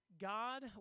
God